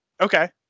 Okay